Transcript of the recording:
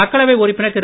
மக்களவை உறுப்பினர் திரு